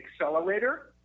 accelerator